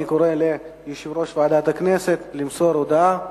אני קורא ליושב-ראש ועדת הכנסת למסור הודעה.